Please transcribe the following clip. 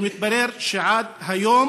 ומתברר שעד היום